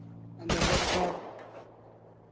ᱜᱮᱫ ᱯᱚᱨ